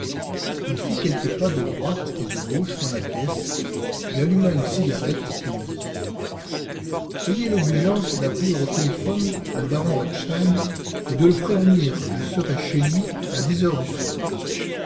il fit quelques pas de droite et de gauche dans la pièce puis alluma une cigarette et me dit ayez l'obligeance d'appeler au téléphone le baron repstein et de le prévenir que je serai chez lui à dix heures du soir